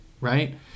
right